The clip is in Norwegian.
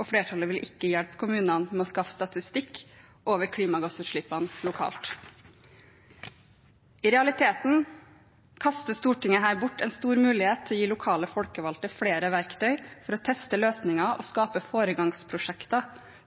og flertallet vil ikke hjelpe kommunene med å skaffe statistikk over klimagassutslippene lokalt. I realiteten kaster Stortinget her bort en stor mulighet til å gi lokale folkevalgte flere verktøy for å teste løsninger og skape foregangsprosjekter